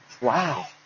wow